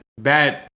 bad